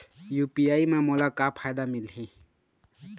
UPI म मोला का फायदा मिलही?